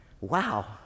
wow